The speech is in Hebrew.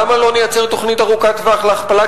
למה לא נייצר תוכנית ארוכת טווח להכפלת